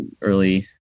early